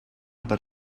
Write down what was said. per